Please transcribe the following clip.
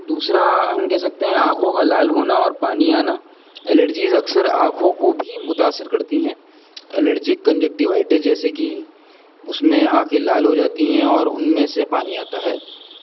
دوسرا ہم کہہ سکتے ہیں آنکھوں کا لال ہونا اور پانی آنا الرجیز اکثر آنکھوں کو بھی متاثر کرتی ہیں الرجیک کنجیکٹیوائٹی جیسے کہ اس میں آنکھیں لال ہو جاتی ہیں اور ان میں سے پانی آتا ہے